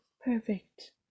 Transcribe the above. Perfect